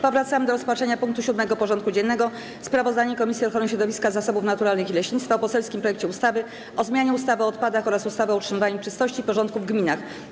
Powracamy do rozpatrzenia punktu 7. porządku dziennego: Sprawozdanie Komisji Ochrony Środowiska, Zasobów Naturalnych i Leśnictwa o poselskim projekcie ustawy o zmianie ustawy o odpadach oraz ustawy o utrzymaniu czystości i porządku w gminach.